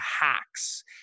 hacks